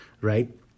right